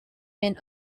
been